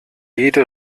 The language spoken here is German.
jede